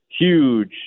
huge